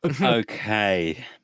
okay